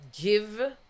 give